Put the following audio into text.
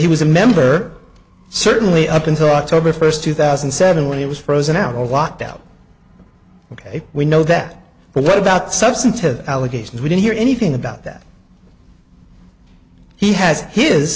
he was a member certainly up until october first two thousand and seven when he was frozen out a lot doubt ok we know that but what about substantive allegations we didn't hear anything about that he has his